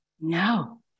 No